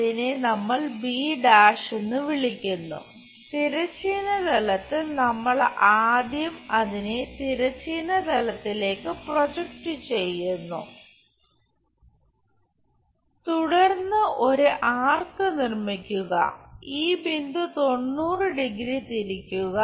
ഇതിനെ നമ്മൾ b' എന്ന് വിളിക്കുന്നു തിരശ്ചീന തലത്തിൽ നമ്മൾ ആദ്യം അതിനെ തിരശ്ചീന തലത്തിലേക്ക് പ്രൊജക്റ്റ് ചെയ്യുന്നു തുടർന്ന് ഒരു ആർക്ക് നിർമ്മിക്കുക ഈ ബിന്ദു 90 ഡിഗ്രി 90° തിരിക്കുക